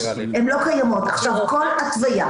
כל התוויה,